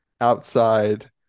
outside